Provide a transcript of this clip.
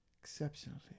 exceptionally